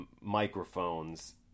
microphones